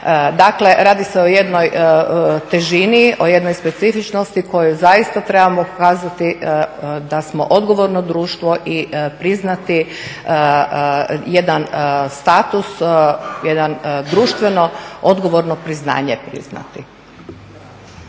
Dakle radi se o jednoj težini o jednoj specifičnosti koju zaista trebamo kazati da smo odgovorno društvo i priznati jedan status jedno društveno odgovorno priznanje priznati.